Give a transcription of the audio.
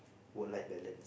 work life balance